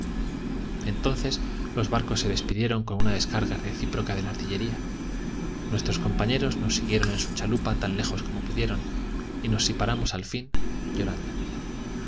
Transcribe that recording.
entonces los barcos se despidieron con una descarga recíproca de la artillería nuestros compañeros nos sigfuieron en su chalupa tan lejos como pudieron y nos separamos al fin llorando